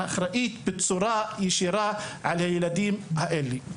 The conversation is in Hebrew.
שאחראית בצורה ישירה על הילדים האלה.